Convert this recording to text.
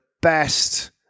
best